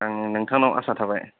आं नोंथांनाव आसा थाबाय